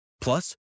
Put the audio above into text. Plus